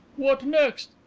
what next!